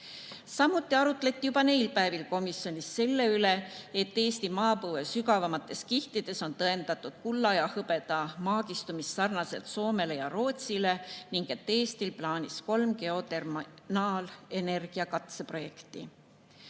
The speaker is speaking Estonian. Samuti arutleti juba neil päevil komisjonis selle üle, et Eesti maapõue sügavamates kihtides on tõendatud kulla ja hõbeda maagistumist sarnaselt Soome ja Rootsi maapõuega ning et Eestil on plaanis kolm geotermaalenergia katseprojekti.